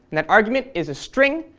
that argument is a string,